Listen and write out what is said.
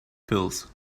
pills